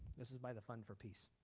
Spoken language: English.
this is by the fund for peace.